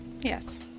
Yes